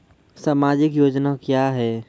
समाजिक योजना क्या हैं?